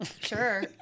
Sure